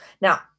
Now